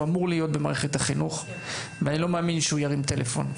אמור להיות במערכת החינוך ואני לא מאמין שהוא ירים טלפון.